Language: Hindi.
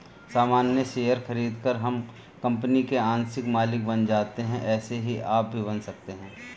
सामान्य शेयर खरीदकर हम कंपनी के आंशिक मालिक बन जाते है ऐसे ही आप भी बन सकते है